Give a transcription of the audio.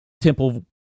temple